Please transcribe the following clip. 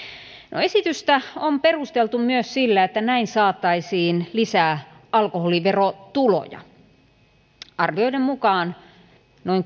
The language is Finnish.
no esitystä on perusteltu myös sillä että näin saataisiin lisää alkoholiverotuloja arvioiden mukaan noin